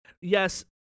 Yes